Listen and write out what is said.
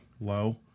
low